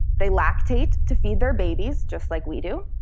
they lactate to feed their babies, just like we do,